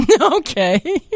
Okay